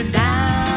down